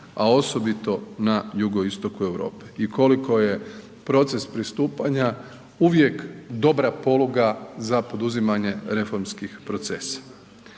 a osobito na Jugoistoku Europe i koliko je proces pristupanja uvijek dobra poluga za poduzimanje reformskih procesa